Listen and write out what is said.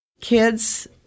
Kids